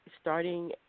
starting